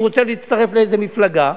שהוא רוצה להצטרף לאיזה מפלגה.